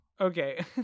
okay